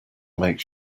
make